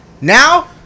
Now